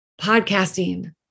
podcasting